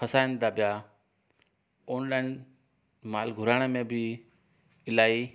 फसाइनि त पिया ऑनलाइन माल घुराइण में बि इलाही